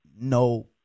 no